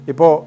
Ipo